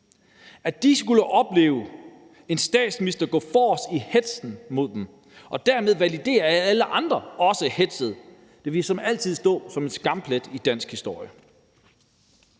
De skulle opleve en statsminister gå forrest i hetzen mod dem og dermed validere, at alle andre også hetzede dem. Det vil altid stå som en skamplet i dansk historie.